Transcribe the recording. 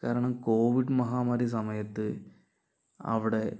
കാരണം കോവിഡ് മഹാമാരി സമയത്ത് അവിടെ